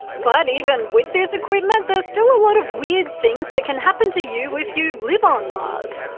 but even with this equipment, there's still a lot of weird things that can happen to you if you live on mars,